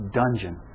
dungeon